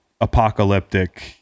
apocalyptic